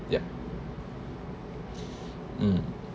ya um